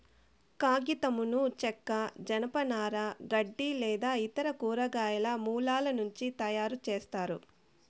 కాగితంను చెక్క, జనపనార, గడ్డి లేదా ఇతర కూరగాయల మూలాల నుంచి తయారుచేస్తారు